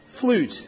flute